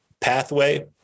pathway